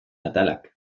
atalak